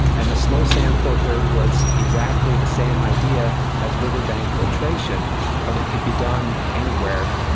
and the slow sand filter was exactly the same idea as riverbank filtration but it could be done anywhere.